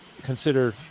consider